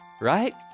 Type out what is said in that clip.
Right